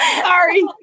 sorry